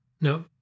No